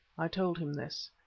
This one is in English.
i told him this.